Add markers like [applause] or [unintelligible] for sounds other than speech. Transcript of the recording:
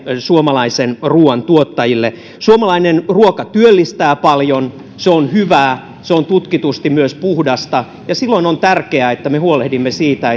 suomalaisen ruuan tuottajille suomalainen ruoka työllistää paljon se on hyvää se on tutkitusti myös puhdasta ja silloin on tärkeää että me huolehdimme siitä [unintelligible]